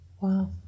wow